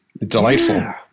delightful